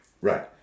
Right